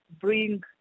bring